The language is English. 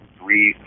three